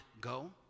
go